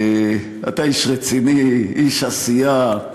אתה איש רציני, איש עשייה,